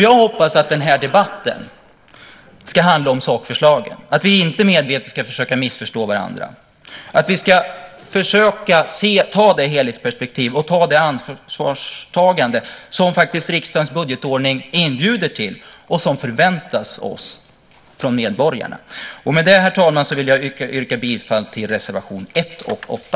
Jag hoppas att den här debatten ska handla om sakförslagen, att vi inte medvetet ska försöka missförstå varandra och att vi ska försöka ta det helhetsperspektiv och det ansvar som riksdagens budgetordning inbjuder till och som förväntas av oss från medborgarna. Med det, herr talman, vill jag yrka bifall till reservationerna 1 och 8.